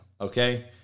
okay